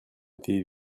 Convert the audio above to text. été